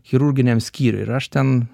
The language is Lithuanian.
chirurginiam skyriui ir aš ten